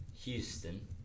Houston